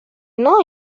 know